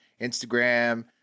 Instagram